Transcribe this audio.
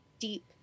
deep